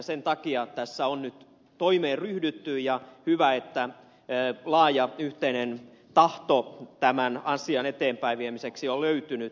sen takia tässä on nyt toimeen ryhdytty ja hyvä että laaja yhteinen tahto tämän asian eteenpäinviemiseksi on löytynyt